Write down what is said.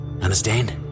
Understand